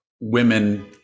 women